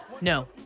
No